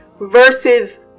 versus